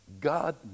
God